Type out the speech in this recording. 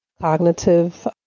cognitive